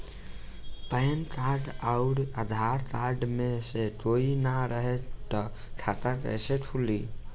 Pan card आउर Aadhaar card मे से कोई ना रहे त खाता कैसे खुली?